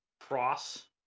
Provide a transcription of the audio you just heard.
cross